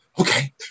Okay